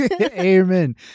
Amen